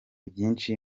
byinshi